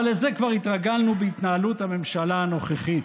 אבל לזה כבר התרגלנו בהתנהלות הממשלה הנוכחית.